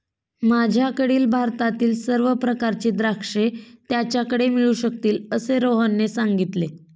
माझ्याकडील भारतातील सर्व प्रकारची द्राक्षे त्याच्याकडे मिळू शकतील असे रोहनने सांगितले